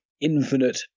infinite